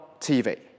TV